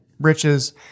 riches